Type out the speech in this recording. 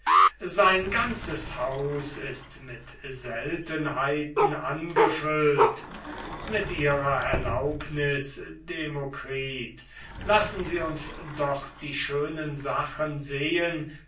sein ganzes haus ist mit seltenheiten angefüllt mit ihrer erlaubnis demokritus lassen sie uns doch alle die schönen sachen sehen